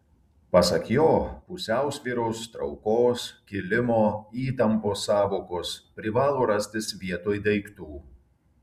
pasak jo pusiausvyros traukos kilimo įtampos sąvokos privalo rastis vietoj daiktų